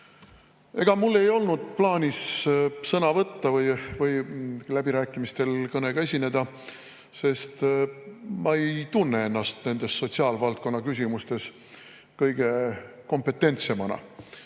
Ega mul ei olnud plaanis sõna võtta või läbirääkimistel kõnega esineda, sest ma ei tunne ennast nendes sotsiaalvaldkonna küsimustes kõige kompetentsemana.